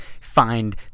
find